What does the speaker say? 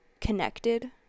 connected